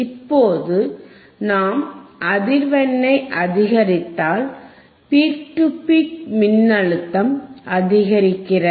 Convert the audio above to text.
இப்போதுநாம் அதிர்வெண்ணை அதிகரித்தால் peak to peak மின்னழுத்தமும் அதிகரிக்கிறது